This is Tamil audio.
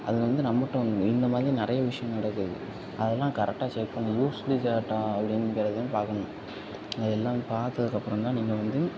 அது வந்து நம்மகிட்ட வந்துரும் இந்த மாதிரி நிறையா விஷயம் நடக்குது அதெலாம் கரெக்டாக செக் பண்ணும் லூஸ்லி ஷர்ட்டா அப்படிங்கிறதையும் பார்க்கணும் அது எல்லாம் பார்த்துக்கப்பறந்தான் நீங்கள் வந்து